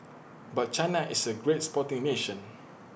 but China is A great sporting nation